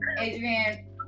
Adrian